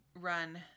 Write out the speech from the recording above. run